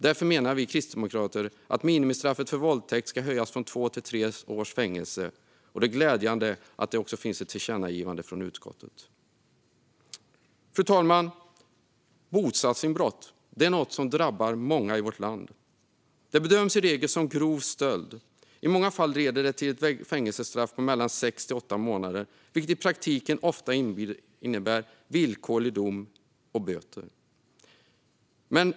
Därför menar vi kristdemokrater att minimistraffet för våldtäkt ska höjas från två till tre års fängelse. Det är glädjande att det också finns ett tillkännagivande från utskottet. Fru talman! Bostadsinbrott är något som drabbar många i vårt land. De bedöms i regel som grov stöld. I många fall leder det till ett fängelsestraff på mellan sex och åtta månader, vilket i praktiken ofta innebär villkorlig dom och böter.